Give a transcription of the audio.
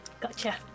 Gotcha